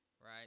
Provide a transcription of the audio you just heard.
right